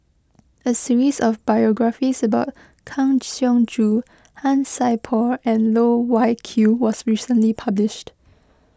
a series of biographies about Kang Siong Joo Han Sai Por and Loh Wai Kiew was recently published